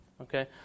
Okay